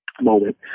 moment